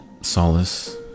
solace